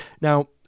Now